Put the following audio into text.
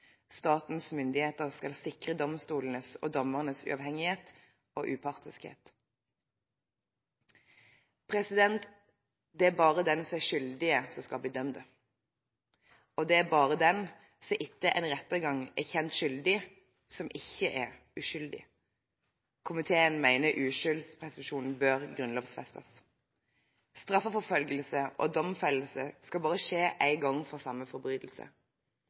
Statens myndigheter skal sikre domstolenes og dommernes uavhengighet og upartiskhet.» Det er bare den som er skyldig, som skal bli dømt, og det er bare den som etter en rettergang er kjent skyldig, som ikke er uskyldig. Komiteen mener uskyldspresumsjonen bør grunnlovfestes. Straffeforfølgelse og domfellelse skal bare skje én gang for samme forbrytelse.